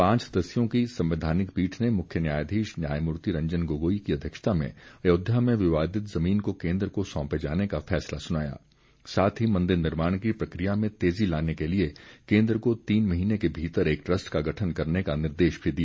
पांच सदस्यों की संवैधानिक पीठ ने मुख्य न्यायाधीश न्यायमूर्ति रंजन गोगोई की अध्यक्षता में अयोध्या में विवादित जमीन को केन्द्र को सौंपे जाने का फैसला सुनाया साथ ही मंदिर निर्माण की प्रक्रिया में तेजी लाने के लिए केन्द्र को तीन महीने के भीतर एक ट्रस्ट का गठन करने का निर्देश भी दिया